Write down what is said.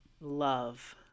love